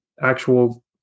actual